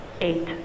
eight